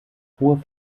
hohe